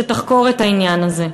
שתחקור את העניין הזה.